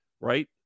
right